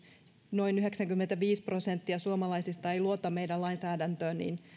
noin yhdeksänkymmentäviisi prosenttia suomalaisista ei luota meidän lainsäädäntöömme niin